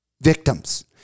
victims